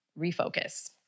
refocus